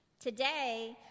Today